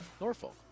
Norfolk